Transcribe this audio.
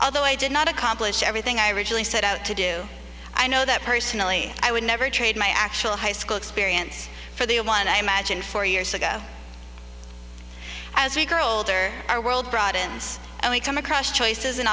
although i did not accomplish everything i originally set out to do i know that personally i would never trade my actual high school experience for the one i imagined four years ago as we grow older our world broadens and we come across choices